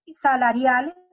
salariales